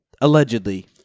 allegedly